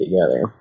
together